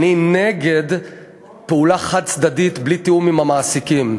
אני נגד פעולה חד-צדדית בלי תיאום עם המעסיקים.